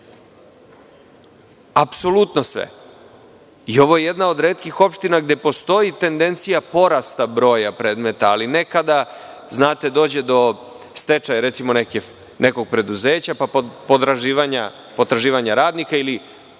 apsolutno sve. Ovo je jedna od retkih opština gde postoji tendencija porasta broja predmeta, ali nekada dođe do stečaja nekog preduzeća, pa potraživanja radnika, ali